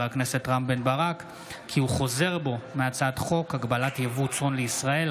הכנסת רם בן ברק כי הוא חוזר בו מהצעת חוק הגבלת יבוא צאן לישראל,